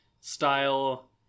style